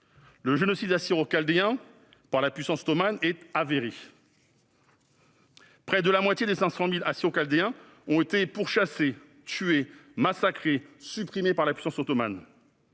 le génocide assyro-chaldéen par la puissance ottomane est avéré. Près de la moitié des 500 000 Assyro-Chaldéens ont été pourchassés, tués, massacrés ou supprimés par la puissance ottomane.